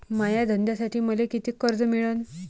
माया धंद्यासाठी मले कितीक कर्ज मिळनं?